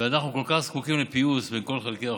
אנחנו כל כך זקוקים לפיוס בין כל חלקי האוכלוסייה,